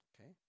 Okay